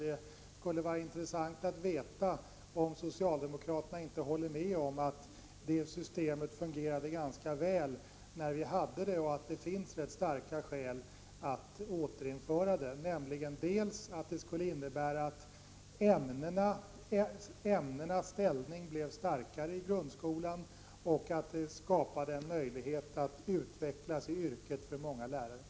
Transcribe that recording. Det skulle varit intressant att få veta om socialdemokraterna inte håller med om att det systemet fungerade ganska väl när vi hade det och att det finns rätt starka skäl att återinföra det. Det skulle innebära dels att ämnenas ställning i grundskolan blev starkare, dels att det skapades en möjlighet för många lärare att utvecklas i yrket.